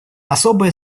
особое